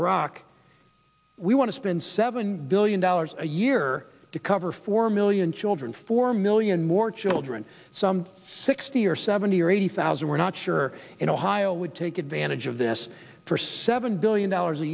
iraq we want to spend seven billion dollars a year to cover four million children four million more children some sixty or seventy or eighty thousand we're not sure in ohio would take advantage of this for seven billion dollars a